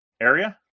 area